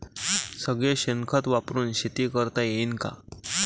सगळं शेन खत वापरुन शेती करता येईन का?